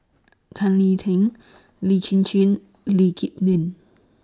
Tan Lee Teng Lee Chin Chin Lee Kip Lin